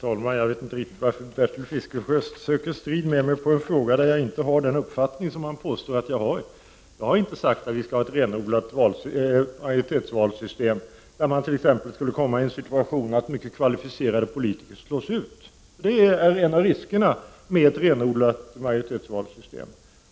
Fru talman! Jag vet inte varför Bertil Fiskesjö söker strid med mig i en fråga där jag inte har den uppfattning som han påstår att jag har. Jag har inte sagt att vi skall ha ett renodlat majoritetsvalsystem, där man t.ex. skulle kunna komma i en situation att mycket kvalificerade politiker slogs ut. Det är en av riskerna med ett renodlat majoritetsvalsystem.